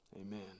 Amen